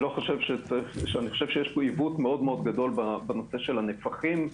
אני חושב שיש פה עיוות מאוד גדול בנושא הנפחים,